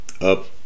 up